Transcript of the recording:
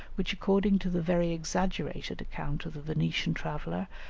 which, according to the very exaggerated account of the venetian traveller,